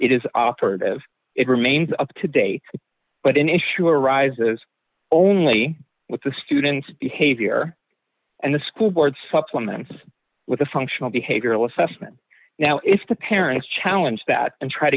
it is operative it remains up today but an issue arises only with the student's behavior and the school board supplements with a functional behavioral assessment now if the parents challenge that and try